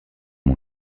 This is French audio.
mon